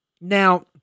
Now